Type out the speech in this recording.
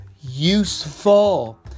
useful